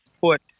foot